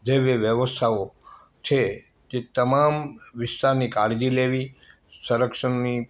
જેવી વ્યવસ્થાઓ છે તે તમામ વિસ્તારની કાળજી લેવી સંરક્ષણની